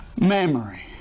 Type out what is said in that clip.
memory